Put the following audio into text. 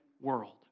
world